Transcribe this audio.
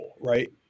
right